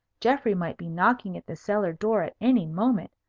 geoffrey might be knocking at the cellar-door at any moment.